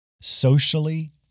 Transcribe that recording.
Socially